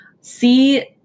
See